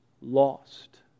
Lost